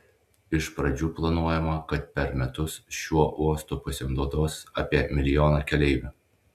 iš pradžių planuojama kad per metus šiuo uostu pasinaudos apie milijoną keleivių